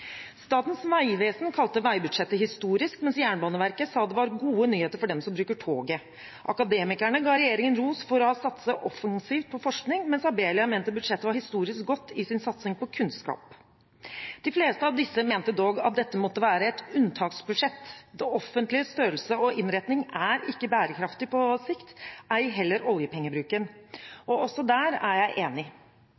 Statens vegvesen kalte veibudsjettet historisk, mens Jernbaneverket sa det var gode nyheter for dem som bruker toget. Akademikerne ga regjeringen ros for å ha satset offensivt på forskning, mens Abelia mente budsjettet var historisk godt i satsingen på kunnskap. De fleste av disse mente dog at dette måtte være et unntaksbudsjett. Det offentliges størrelse og innretning er ikke bærekraftig på sikt, ei heller oljepengebruken. Også der er jeg enig.